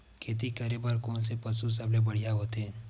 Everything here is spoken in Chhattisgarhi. खेती करे बर कोन से पशु सबले बढ़िया होथे?